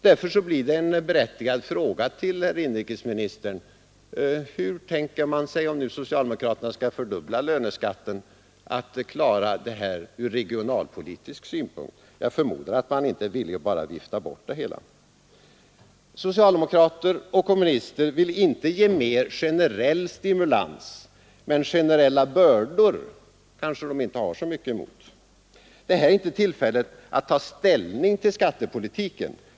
Därför blir det en berättigad fråga till herr inrikesministern: Hur tänker man sig, om nu socialdemokraterna skall fördubbla löneskatten, att klara det här problemet ur regionalpolitisk synpunkt? Jag förmodar att man inte är villig att bara vifta bort det hela. Socialdemokrater och kommunister vill inte ge mer generell stimulans, men generella bördor kanske de inte har så mycket emot? Det här är inte tillfället att ta ställning till skattepolitiken.